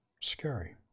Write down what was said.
scary